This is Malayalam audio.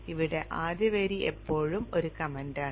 ഇവിടെ ആദ്യ വരി എപ്പോഴും ഒരു കമന്റാണ്